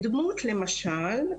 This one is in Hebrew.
בדמות למשל,